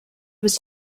was